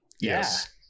Yes